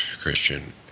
Christian